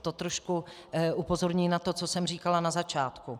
To trošku upozorní na to, co jsem říkala na začátku.